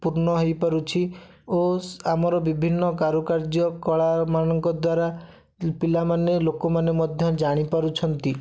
ପୂର୍ଣ୍ଣ ହେଇପାରୁଛି ଓ ଆମର ବିଭିନ୍ନ କାରୁକାର୍ଯ୍ୟ କଳାମାନଙ୍କ ଦ୍ୱାରା ପିଲାମାନେ ଲୋକମାନେ ମଧ୍ୟ ଜାଣିପାରୁଛନ୍ତି